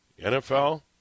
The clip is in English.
NFL